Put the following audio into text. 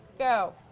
go!